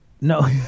no